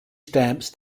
stamps